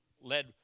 led